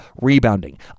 rebounding